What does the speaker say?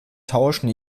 tauschen